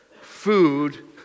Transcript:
food